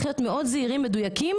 כשהם עוברים לגן עירייה,